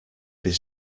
his